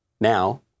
now